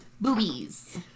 Boobies